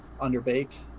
underbaked